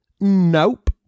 nope